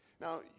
Now